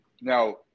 Now